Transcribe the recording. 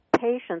patients